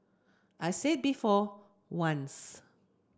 I said it before once